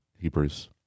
hebrews